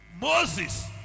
Moses